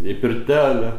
į pirtelę